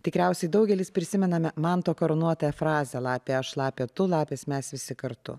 tikriausiai daugelis prisimename manto karūnuotą frazę lapę šlapią to lapės mes visi kartu